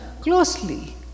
closely